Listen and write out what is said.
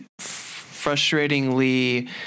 frustratingly